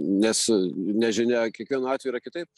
nes nežinia kiekvienu atveju yra kitaip